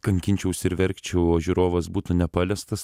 kankinčiausi ir verkčiau o žiūrovas būtų nepaliestas